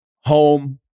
home